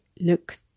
look